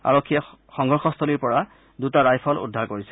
আৰক্ষীয়ে সংঘৰ্ষস্থলীৰ পৰা দুটা ৰাইফল উদ্ধাৰ কৰিছে